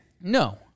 No